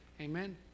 Amen